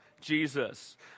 Jesus